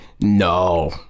no